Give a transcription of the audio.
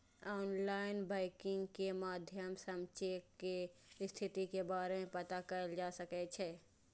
online banking के माध्यम सं चेक के स्थिति के बारे मे पता कैल जा सकै छै